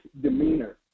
demeanor